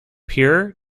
pure